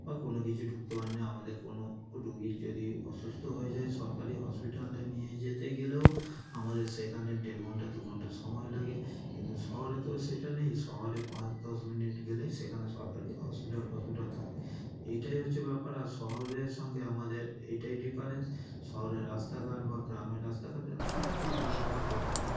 বা কোনো কিছু ঢুকতে পারে না আমাদের কোনো রুগী যদি অসুস্থ হয়ে যায় সরকারি হসপিটালে নিয়ে যেতে গেলেও আমাদের সেখানে দেড় ঘন্টা দু ঘন্টা সময় লাগে কিন্তু শহরে তো সেটা নেই শহরে পাঁচ দশ মিনিট গেলেই সেখানে সরকারি হসপিটাল ফসপিটাল থাকে এটাই হচ্ছে ব্যাপার আর শহরের সঙ্গে আমাদের এটাই ডিফারেন্স শহরের রাস্তাঘাট বা গ্রামের রাস্তাঘাটের আকাশ পাতাল তফাৎ ওখানে